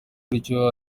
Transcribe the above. bityo